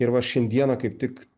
ir va šiandieną kaip tik